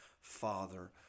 Father